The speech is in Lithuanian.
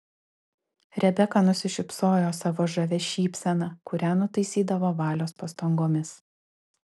rebeka nusišypsojo savo žavia šypsena kurią nutaisydavo valios pastangomis